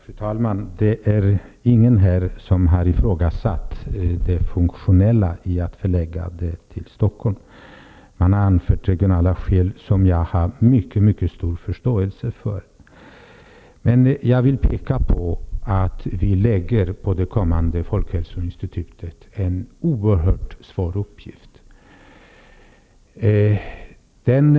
Fru talman! Det är ingen här som har ifrågasatt det funktionella i att förlägga folkhälsoinstitutet till Stockholm. Regionala skäl har anförts vilka jag har mycket stor förståelse för. Jag vill dock peka på att vi på det kommande Folkhälsoinstitutet lägger en oerhört svår uppgift.